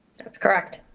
that's correct.